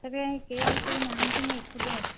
ଏବେ ଆଉ କେହି ନାହାନ୍ତି ମୁଁ ଏକୁଟିଆ ଅଛି